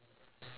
same ah